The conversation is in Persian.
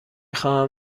خواهم